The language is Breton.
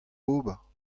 ober